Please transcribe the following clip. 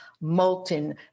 molten